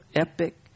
epic